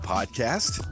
Podcast